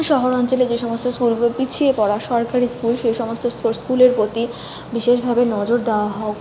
শহরাঞ্চলে যে সমস্ত স্কুলগুলো পিছিয়ে পড়া সরকারি স্কুল সেই সমস্ত স্কুলের প্রতি বিশেষভাবে নজর দেওয়া হোক